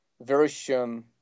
version